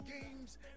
games